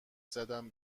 زدم